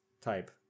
type